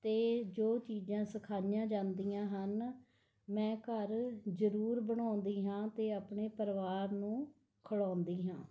ਅਤੇ ਜੋ ਚੀਜ਼ਾਂ ਸਿਖਾਈਆਂ ਜਾਂਦੀਆਂ ਹਨ ਮੈਂ ਘਰ ਜ਼ਰੂਰ ਬਣਾਉਂਦੀ ਹਾਂ ਅਤੇ ਆਪਣੇ ਪਰਿਵਾਰ ਨੂੰ ਖਿਲ਼ਾਉਂਦੀ ਹਾਂ